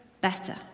better